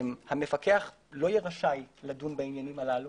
המפקח לא יהיה רשאי לדון בעניינים הללו.